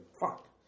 Fuck